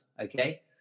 okay